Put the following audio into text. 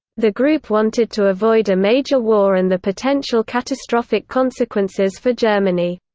the group wanted to avoid a major war and the potential catastrophic consequences for germany.